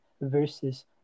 versus